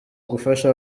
gufasha